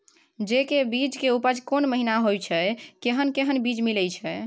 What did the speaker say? जेय के बीज के उपज कोन महीना उपज होय छै कैहन कैहन बीज मिलय छै?